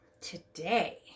Today